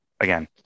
again